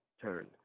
turn